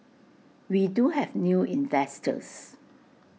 we do have new investors